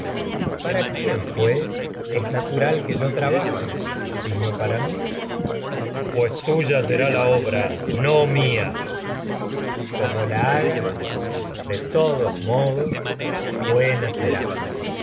para quién natural que yo tra baje sino para mi agamemnón pues ulises como la tuya será la obra no mía hagas de todos modos buena será